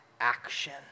action